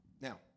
Now